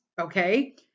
okay